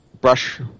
brush